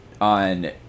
on